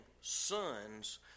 sons